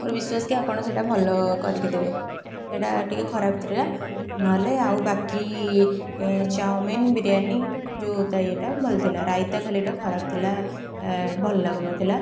ମୋର ବିଶ୍ୱାସ କି ଆପଣ ସେଇଟା ଭଲ କରିକି ଦେବେ ସେଇଟା ଟିକିଏ ଖରାପ ଥିଲା ନହେଲେ ଆଉ ବାକି ଏଁ ଚାଉମିନ୍ ବିରିୟାନୀ ଯେଉଁ ତା' ଇଏଟା ଭଲ ଥିଲା ରାଇତା ଖାଲିଟା ଖରାପଥିଲା ଏ ଭଲ ଲାଗୁନଥିଲା